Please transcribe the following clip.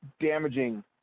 damaging